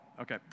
okay